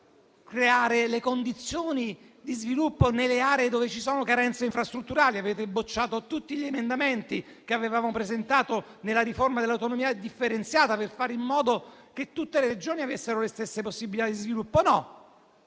e condizioni di sviluppo nelle aree dove ci sono carenze infrastrutturali. Avete bocciato tutti gli emendamenti che avevamo presentato nella riforma dell'autonomia differenziata per fare in modo che tutte le Regioni avessero le stesse possibilità di sviluppo. No.